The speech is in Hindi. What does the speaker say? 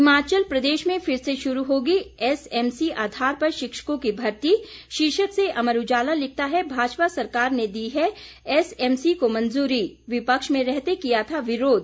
हिमाचल प्रदेश में फिर से शुरू होगी एसएमसी आधार पर शिक्षकों की भर्ती शीर्षक से अमर उजाला लिखता है भाजपा सरकार ने दी है एसएमसी को मंजूरी विपक्ष में रहते किया था विरोध